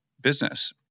business